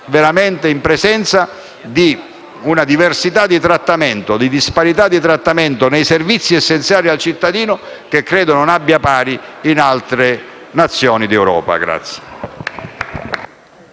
veramente in presenza di una diversità e di una disparità di trattamento nei servizi essenziali al cittadino, che credo non abbia pari in altre Nazioni d'Europa.